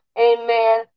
Amen